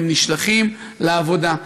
הם נשלחים לעבודה.